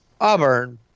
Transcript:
Auburn